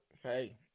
Hey